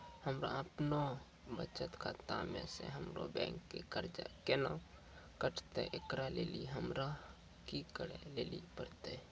हमरा आपनौ बचत खाता से हमरौ बैंक के कर्जा केना कटतै ऐकरा लेली हमरा कि करै लेली परतै?